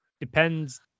Depends